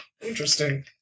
Interesting